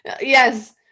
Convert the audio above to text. yes